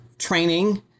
training